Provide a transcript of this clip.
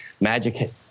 magic